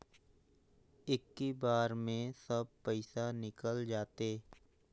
इक्की बार मे सब पइसा निकल जाते?